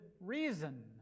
reason